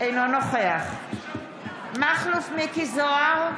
אינו נוכח מכלוף מיקי זוהר,